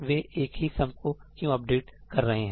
वे एक ही सम को क्यों अपडेट कर रहे हैं